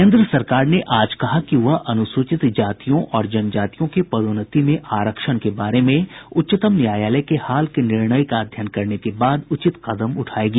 केन्द्र सरकार ने आज कहा कि वह अनुसूचित जातियों और जनजातियों के पदोन्नति में आरक्षण के बारे में उच्चतम न्यायालय के हाल के निर्णय का अध्ययन करने के बाद उचित कदम उठाएगी